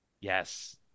Yes